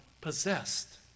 possessed